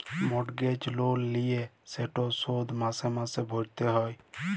mortgage লল লিলে সেট শধ মাসে মাসে ভ্যইরতে হ্যয়